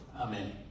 Amen